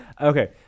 Okay